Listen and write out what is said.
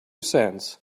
cents